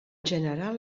general